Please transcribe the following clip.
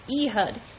Ehud